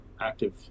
active